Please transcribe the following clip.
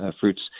fruits